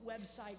website